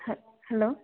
hello